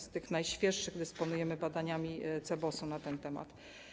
Z tych najświeższych dysponujemy badaniami CBOS-u na ten temat.